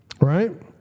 right